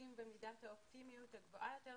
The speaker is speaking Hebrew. מחזיקים במידת האופטימיות הגבוהה יותר.